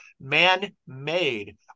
man-made